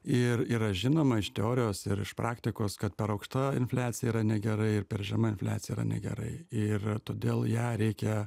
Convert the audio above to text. ir yra žinoma iš teorijos ir iš praktikos kad per aukšta infliacija yra negerai ir per žema infliacija yra negerai ir todėl ją reikia